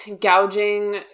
gouging